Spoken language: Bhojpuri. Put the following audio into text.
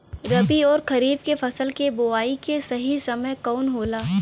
रबी अउर खरीफ के फसल के बोआई के सही समय कवन होला?